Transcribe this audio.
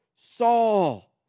Saul